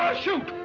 shoot!